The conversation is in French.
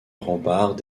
rempart